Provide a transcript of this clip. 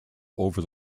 over